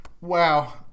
wow